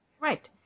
Right